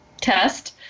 test